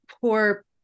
poor